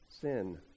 sin